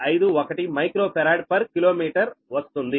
00951మైక్రో farad per kilometre వస్తుంది